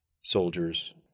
soldiers